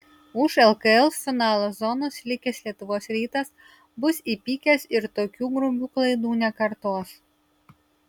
už lkl finalo zonos likęs lietuvos rytas bus įpykęs ir tokių grubių klaidų nekartos